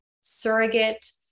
surrogate